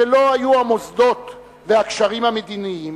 שלא היו המוסדות והקשרים המדיניים.